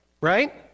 right